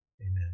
amen